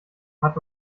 hat